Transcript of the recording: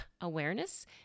awareness